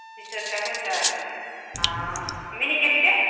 टका क्विंटल मने